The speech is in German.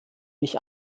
mich